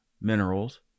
minerals